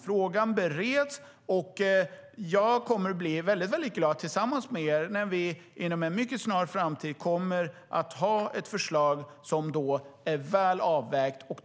Frågan bereds, och jag kommer att bli väldigt glad, tillsammans med er, när vi inom en mycket snar framtid kommer att ha ett väl avvägt förslag.